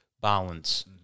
balance